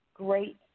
great